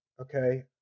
Okay